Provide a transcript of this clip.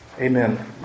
Amen